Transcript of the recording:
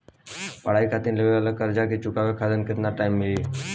पढ़ाई खातिर लेवल कर्जा के चुकावे खातिर केतना टाइम मिली?